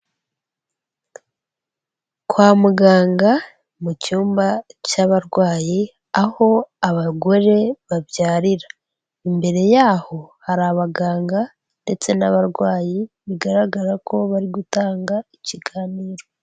Kwa muganga mu cyumba cy'abarwayi aho abagore babyarira imbere yaho hari abaganga ndetse n'abarwayi bigaragara ko bari gutanga ikiganiro.